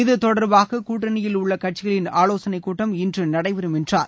இது தொடர்பாக கூட்டணியிலுள்ள கட்சிகளின் ஆலோசனை கூட்டம் இன்று நடைபெறும் என்றார்